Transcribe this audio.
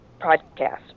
podcast